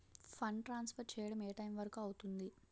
Fund transfer చేయడం ఏ time వరుకు అవుతుంది?